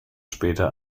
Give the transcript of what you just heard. später